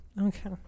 Okay